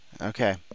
Okay